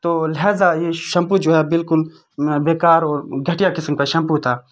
تو لہذا یہ شیمپو جو ہے بالکل بیکار اور گھٹیا قسم کا شیمپو تھا